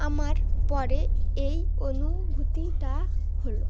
আমার পরে এই অনুভূতিটা হলো